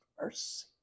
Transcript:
mercy